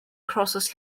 crosses